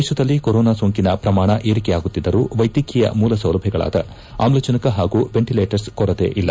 ದೇಶದಲ್ಲಿ ಕೊರೋನಾ ಸೋಂಕಿನ ಪ್ರಮಾಣ ಏರಿಕೆಯಾಗುತ್ತಿದ್ದರೂ ವೈದ್ಯಕೀಯ ಮೂಲ ಸೌಲಭ್ಯಗಳಾದ ಆಮ್ಲಜನಕ ಪಾಗೂ ವೆಂಟಿಲೇಟರ್ಸ್ ಕೊರತೆ ಇಲ್ಲ